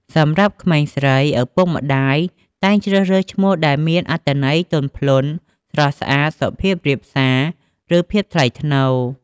សម្រាប់ក្មេងស្រី ឪពុកម្តាយតែងជ្រើសរើសឈ្មោះដែលមានអត្ថន័យទន់ភ្លន់ ស្រស់ស្អាត សុភាពរាបសារ ឬភាពថ្លៃថ្នូរ។